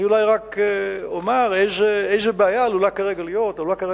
אני אולי רק אומר איזו בעיה עלולה כרגע להיווצר,